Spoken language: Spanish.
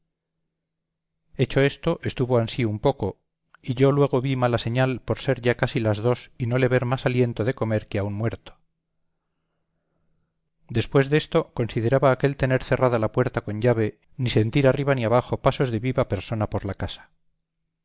hecho estuvo ansí un poco y yo luego vi mala señal por ser ya casi las dos y no le ver más aliento de comer que a un muerto después desto consideraba aquel tener cerrada la puerta con llave ni sentir arriba ni abajo pasos de viva persona por la casa